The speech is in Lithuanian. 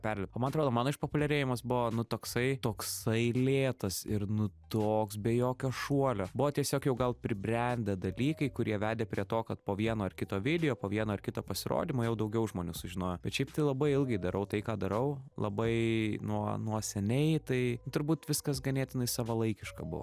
perlipt o man atrodo mano išpopuliarėjimas buvo nu toksai toksai lėtas ir nu toks be jokio šuolio buvo tiesiog jau gal pribrendę dalykai kurie vedė prie to kad po vieno ar kito video po vieno ar kito pasirodymo jau daugiau žmonių sužinojo bet šiaip tai labai ilgai darau tai ką darau labai nuo nuo seniai tai turbūt viskas ganėtinai savalaikiška buvo